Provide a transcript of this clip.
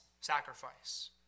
sacrifice